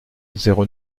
zéro